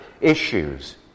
issues